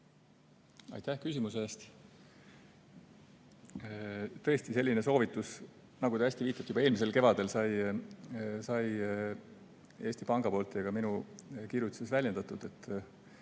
Aitäh küsimuse eest! Tõesti, selline soovitus, nagu te hästi viitate, juba eelmisel kevadel sai Eesti Panga poolt ja ka minu kirjutises väljendatud, et